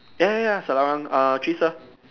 ya ya ya Selarang uh three sir